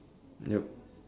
yup